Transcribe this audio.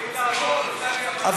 אבל